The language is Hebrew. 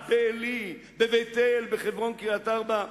באפרת, בעלי, בבית-אל, בחברון, קריית-ארבע.